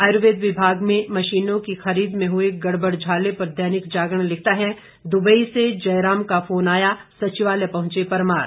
आयुर्वेद विभाग में मशीनों की खरीद में हुए गड़बड़झाले पर दैनिक जागरण लिखता है दुबई से जयराम का फोन आया सचिवालय पहुंचे परमार